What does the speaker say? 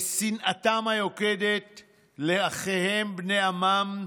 בשנאתם היוקדת לאחיהם בני עמם,